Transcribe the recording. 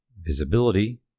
Visibility